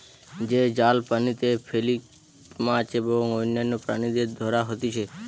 যে জাল পানিতে ফেলিকি মাছ এবং অন্যান্য প্রাণীদের ধরা হতিছে